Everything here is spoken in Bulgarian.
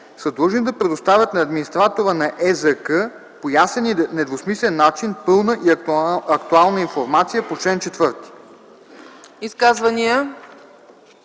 длъжни да предоставят на администратора на ЕЗК по ясен и недвусмислен начин пълна и актуална информация по чл.